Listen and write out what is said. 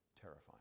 terrifying